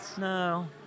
No